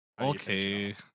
Okay